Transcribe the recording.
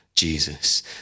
Jesus